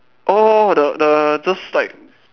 orh the the just like